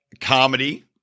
comedy